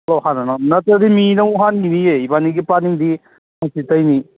ꯑꯗꯣ ꯍꯥꯟꯅ ꯅꯪ ꯅꯠꯇ꯭ꯔꯗꯤ ꯃꯤꯅ ꯑꯃꯨꯛ ꯍꯥꯟꯈꯤꯅꯤꯌꯦ ꯏꯕꯥꯅꯤꯒꯤ ꯄ꯭ꯂꯥꯟꯅꯤꯡꯗꯤ ꯍꯪꯆꯤꯠꯇꯩꯅꯤ